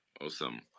Awesome